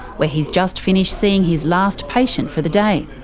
where he's just finished seeing his last patient for the day.